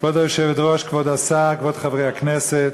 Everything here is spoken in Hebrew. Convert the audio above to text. כבוד היושבת-ראש, כבוד השר, כבוד חברי הכנסת,